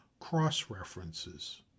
cross-references